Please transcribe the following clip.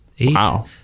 Wow